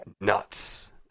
nuts